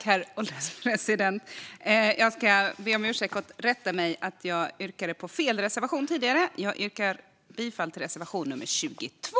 Herr ålderspresident! Jag ska bara göra en rättelse, då jag yrkade på fel reservation tidigare. Jag yrkar bifall till reservation nummer 22.